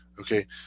Okay